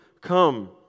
come